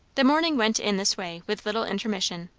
the morning went in this way, with little intermission.